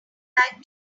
like